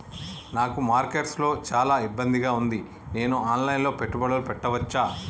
నాకు మార్కెట్స్ లో చాలా ఇబ్బందిగా ఉంది, నేను ఆన్ లైన్ లో పెట్టుబడులు పెట్టవచ్చా?